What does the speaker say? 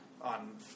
On